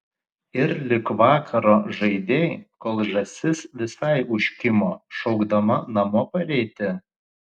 ir lig vakaro žaidei kol žąsis visai užkimo šaukdama namo pareiti